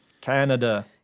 Canada